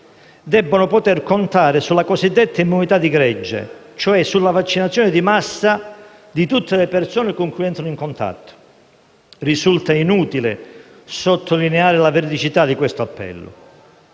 debbono poter contare sulla cosiddetta immunità di gregge, cioè sulla vaccinazione di massa di tutte le persone con cui entrano in contatto». Risulta inutile sottolineare la veridicità di questo appello.